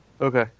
Okay